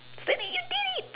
siti you did it